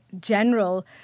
general